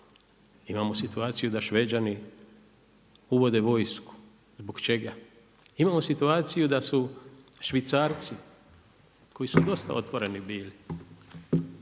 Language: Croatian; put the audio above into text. imamo situaciju da Šveđani uvode vojsku zbog čega, imamo situaciju da su Švicarci koji su dosta otvoreni bili